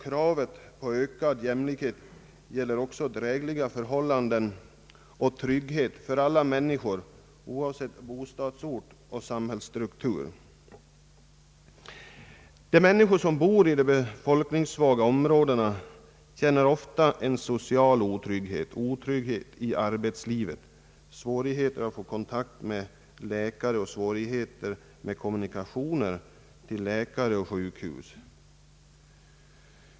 Kravet på ökad jämlikhet måste, anser vi, också gälla drägliga förhållanden och trygghet för alla människor, oavsett bostadsort och samhällsstruktur. De människor som bor i de befolkningssvaga områdena känner ofta en social otrygghet, otrygghet i arbetslivet, svårigheter att få kontakt med läkare och svårigheter med kommunikationer till läkare och sjukhus.